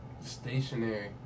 Stationary